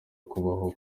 kubaho